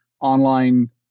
online